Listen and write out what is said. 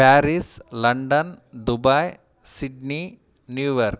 Paris London Dubai Sydney New York